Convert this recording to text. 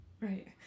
right